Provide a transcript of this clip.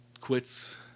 quits